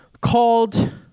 Called